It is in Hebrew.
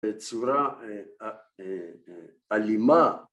‫בצורה אלימה.